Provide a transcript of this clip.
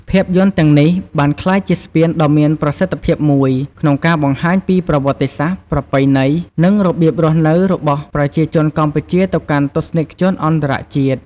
ភាពយន្តទាំងនេះបានក្លាយជាស្ពានដ៏មានប្រសិទ្ធភាពមួយក្នុងការបង្ហាញពីប្រវត្តិសាស្ត្រ ប្រពៃណី និងរបៀបរស់នៅរបស់ប្រជាជនកម្ពុជាទៅកាន់ទស្សនិកជនអន្តរជាតិ។